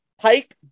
Pike